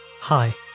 Hi